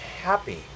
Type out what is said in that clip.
happy